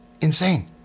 insane